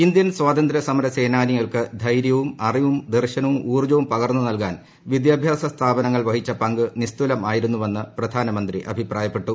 Indian സ്വാതന്ത്ര്യ സമര സേനാനികൾക്ക് ധൈര്യവും ്അറിവും ദർശ്നവും ഉൌർജവും പകർന്നു നൽകാൻ വിദ്യാഭ്യാസ സ്ഥാപനങ്ങൾ വഹിച്ചു പങ്ക് നിസ്തുലം ആയിരുന്നുവെന്ന് പ്രധാനമന്ത്രി അഭിപ്രായപ്പെട്ടു